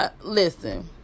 listen